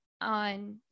on